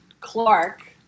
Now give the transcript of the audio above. Clark